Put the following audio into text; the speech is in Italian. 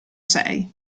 sei